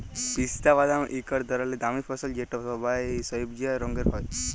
পিস্তা বাদাম ইকট ধরলের দামি ফসল যেট সইবজা রঙের হ্যয়